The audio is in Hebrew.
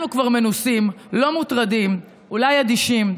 אנחנו כבר מנוסים, לא מוטרדים, אולי אדישים.